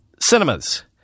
cinemas